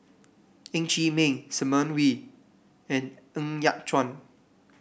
Ng Chee Meng Simon Wee and Ng Yat Chuan